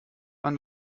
wann